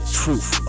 truth